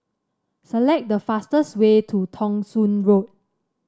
select the fastest way to Thong Soon Road